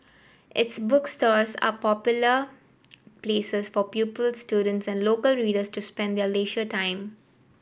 its bookstores are popular places for pupils students and local readers to spend their leisure time